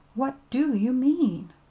what do you mean?